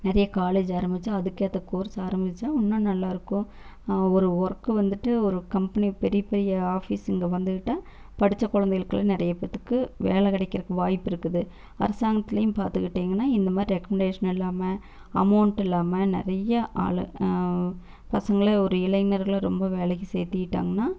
நிறையா காலேஜ் ஆரம்பித்து அதுக்கேற்ற கோர்ஸ் ஆரம்பித்தா இன்னும் நல்லாயிருக்கும் ஒரு ஒர்க்கு வந்துவிட்டு ஒரு கம்பனி பெரிய பெரிய ஆஃபிஸ் இங்கே வந்துவிட்டா படித்த குழந்தங்களுக்குநிறைய பேத்துக்கு வேலை கிடைக்கிறதுக்கு வாய்ப்பிருக்குது அரசாங்கத்திலேயும் பார்த்துக்கிட்டிங்னா இந்தமாதிரி ரெக்கமண்டேஷன் இல்லாமல் அமௌண்ட் இல்லாமல் நிறையா ஆள் பசங்களை ஒரு இளைஞர்களை ரொம்ப வேலைக்கு சேர்த்துகிட்டாங்னா